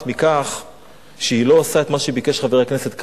מכך שהיא לא עושה את מה שביקש חבר הכנסת,